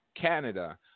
Canada